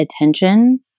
attention